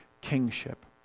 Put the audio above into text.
kingship